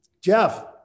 Jeff